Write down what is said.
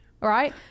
right